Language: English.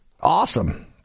Awesome